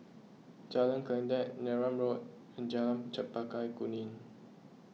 Jalan Kledek Neram Road and Jalan Chempaka Kuning